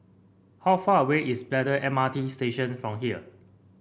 how far away is Braddell M R T Station from here